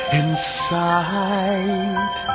inside